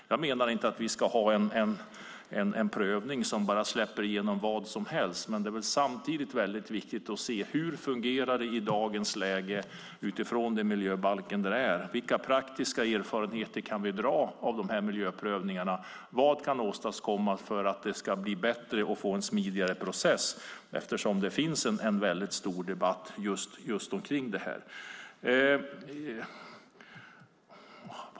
Jag menar inte att vi ska ha en prövning där man släpper igenom vad som helst, men det är samtidigt viktigt att se hur det fungerar i dagens läge utifrån miljöbalken, vilka praktiska erfarenheter vi kan dra av miljöprövningarna och vad som kan göras för att det ska bli bättre och bli en smidigare process. Det finns en stor debatt om det.